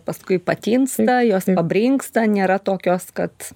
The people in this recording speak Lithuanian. paskui patinsta jos pabrinksta nėra tokios kad